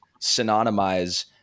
synonymize